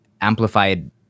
amplified